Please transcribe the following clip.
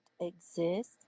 exist